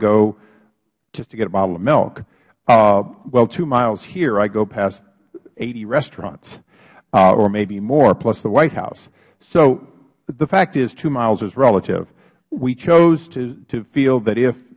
go just to get a bottle of milk well two miles here i go past eighty restaurants or maybe more plus the white house so the fact is two miles is relative we chose to feel that if